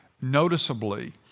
noticeably